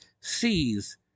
sees